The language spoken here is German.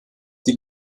die